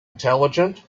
intelligent